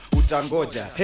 utangoja